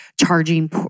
charging